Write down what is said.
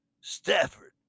Stafford